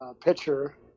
pitcher